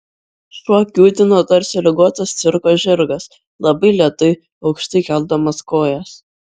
šuo kiūtino tarsi ligotas cirko žirgas labai lėtai aukštai keldamas kojas